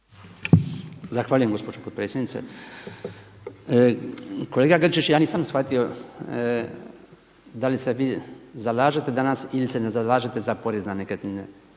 Zahvaljujem gospođo potpredsjednice. Kolega Grčić, ja nisam shvatio da li se ti zalažete danas ili se ne zalažete za porez na nekretnine.